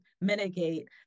mitigate